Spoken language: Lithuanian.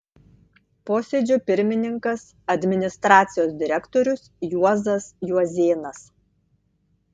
posėdžio pirmininkas administracijos direktorius juozas juozėnas